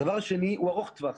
הדבר השני הוא ארוך טווח.